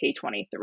K23